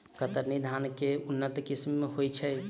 कतरनी धान केँ के उन्नत किसिम होइ छैय?